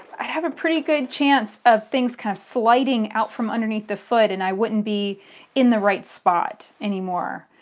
i have a pretty good chance of things kind of sliding out from underneath the foot and i wouldn't be in the right spot anymore.